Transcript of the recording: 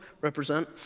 represent